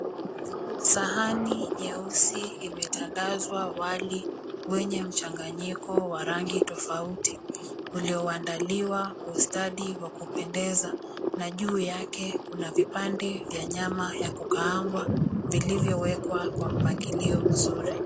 Sahani nyeusi imetandazwa wali wenye mchanganyiko wa rangi tofauti, ulioandaliwa kwa ustadi wa kupendeza na juu yake kuna vipande vya nyama ya kukaangwa viliyowekwa kwa mpangilio mzuri.